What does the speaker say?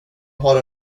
har